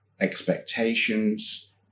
expectations